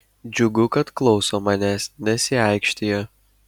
džiugu kad klauso manęs nesiaikštija